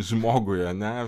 žmogui ar ne